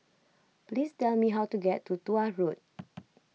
please tell me how to get to Tuah Road